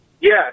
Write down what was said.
Yes